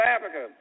Africa